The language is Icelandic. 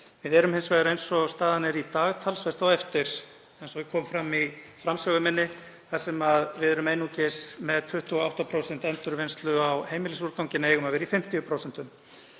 Við erum hins vegar, eins og staðan er í dag, talsvert á eftir, eins og kom fram í framsögu minni, þar sem við erum einungis með 28% endurvinnslu á heimilisúrgangi en eigum að vera í 50%.